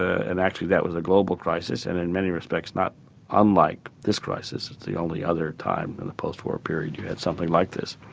and actually that was a global crisis and in many respects not unlike this crisis. the only other time in the post-war period you had something like this.